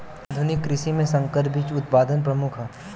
आधुनिक कृषि में संकर बीज उत्पादन प्रमुख ह